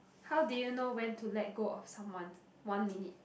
how do you know when to let go of someone one minute